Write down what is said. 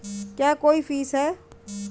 क्या कोई फीस है?